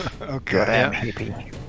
Okay